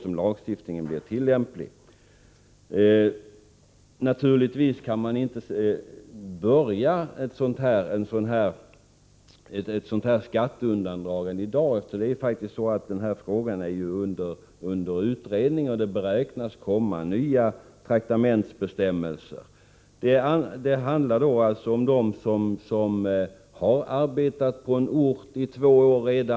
Man kan då naturligtvis inte planlägga ett sådant här skatteundandragande i dag, eftersom frågan är under utredning och det beräknas komma nya traktamentsbestämmelser. Det handlar alltså om dem som redan har arbetat på en ort i två år.